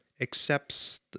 accepts